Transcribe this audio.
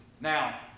Now